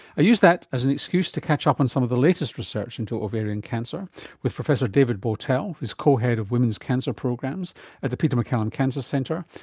i used that as an excuse to catch up on some of the latest research into ovarian cancer with professor david bowtell who is cohead of women's cancer programs at the peter maccallum cancer centre,